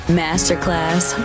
masterclass